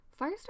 Firestar